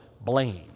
blame